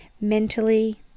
mentally